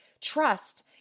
trust